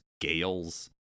gales